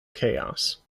chaos